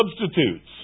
substitutes